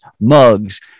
mugs